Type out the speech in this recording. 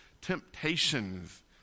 temptations